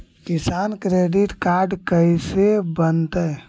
किसान credit card कैसे बनतै?